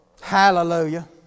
hallelujah